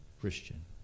Christian